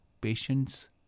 patients